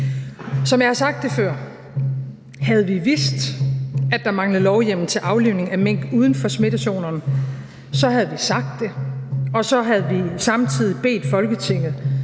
Som jeg har sagt det før: Havde vi vidst, at der manglede lovhjemmel til aflivning af mink uden for smittezonerne, så havde vi sagt det, og så havde vi samtidig bedt Folketinget